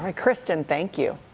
ah kristen, thank you.